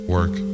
Work